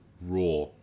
raw